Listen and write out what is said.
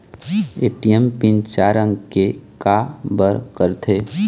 ATM PIN चार अंक के का बर करथे?